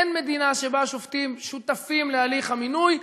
אין מדינה שבה השופטים שותפים להליך המינוי.